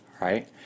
right